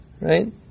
right